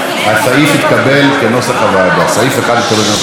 1 התקבל, כנוסח הוועדה.